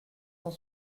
cent